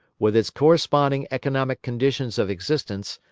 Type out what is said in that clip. with its corresponding economic conditions of existence,